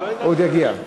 הוא עוד יגיע.